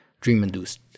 dream-induced